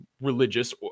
religious